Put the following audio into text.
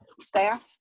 staff